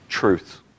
truth